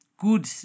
good